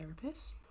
therapist